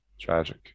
tragic